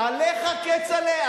עליך, כצל'ה?